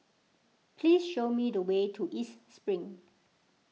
please show me the way to East Spring